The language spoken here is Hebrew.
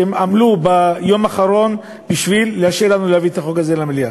שעמלו ביום האחרון בשביל לאשר לנו להביא את החוק הזה למליאה.